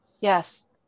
Yes